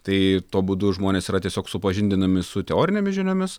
tai tuo būdu žmonės yra tiesiog supažindinami su teorinėmis žiniomis